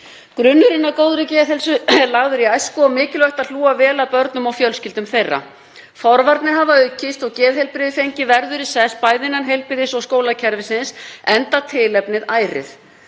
Grunnurinn að góðri geðheilsu er lagður í æsku og mikilvægt að hlúa vel að börnum og fjölskyldum þeirra. Forvarnir hafa aukist og geðheilbrigði fengið verðugri sess bæði innan heilbrigðis- og skólakerfisins, enda tilefnið ærið.